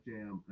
Jam